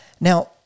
now